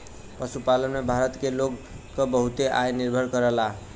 पशुपालन पे भारत के लोग क बहुते आय निर्भर करला